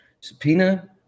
subpoena